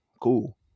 Cool